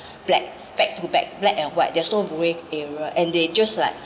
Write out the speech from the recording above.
black back to back black and white there's no grey area and they just like